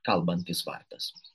kalbantis vardas